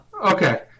okay